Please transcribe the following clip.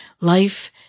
life